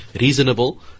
reasonable